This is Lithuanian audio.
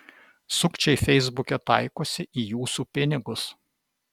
sukčiai feisbuke taikosi į jūsų pinigus